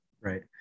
Right